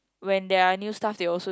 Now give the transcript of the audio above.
when there are new stuff they also